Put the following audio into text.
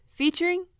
featuring